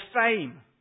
fame